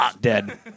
Dead